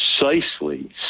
precisely